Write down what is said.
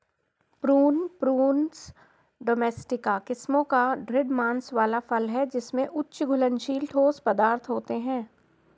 prune, Prunus domestica किस्मों का दृढ़ मांस वाला फल है जिसमें उच्च घुलनशील ठोस पदार्थ होते हैं